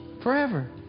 Forever